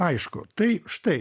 aišku tai štai